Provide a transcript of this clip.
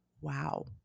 Wow